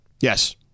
Yes